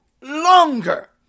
longer